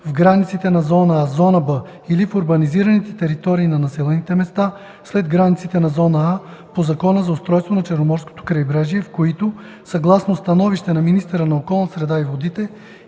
в границите на зона „А”, зона „Б” или в урбанизираните територии на населените места след границите на зона „А” по Закона за устройството на Черноморското крайбрежие, в които, съгласно становище на министъра на околната среда и водите